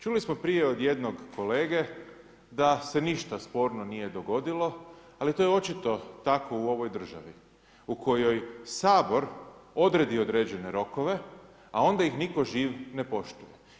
Čuli smo prije od jednog kolege, da se ništa sporno nije dogodilo, ali to je očito tako u ovoj državi, u kojoj Sabor odredi određene rokove, a onda ih nitko živ ne poštuje.